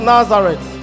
Nazareth